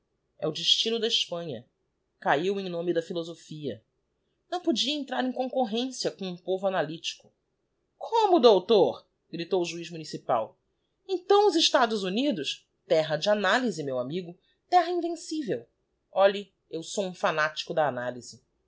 e o destino da hespanha cahiu em nome da philosophia não podia entrar em concurrcncia com um povo analytico como doutor gritou o juiz municipal então os estados unidos terra de analyse meu amigo terra invencível olhe eu sou um fanático da analyse